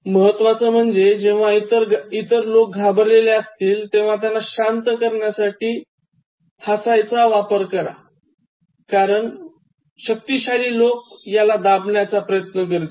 महत्वाचं म्हणजे जेव्हा इतर घाबरलेले असतील तेव्हा त्यांना शांत करण्यासाठी हसायचं वापर करा कारण शक्तिशाली लोक याला दाबण्याचा प्रयत्न करतील